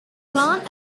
plant